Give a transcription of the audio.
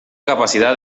capacidad